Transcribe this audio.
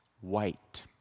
white